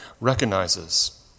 recognizes